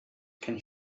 can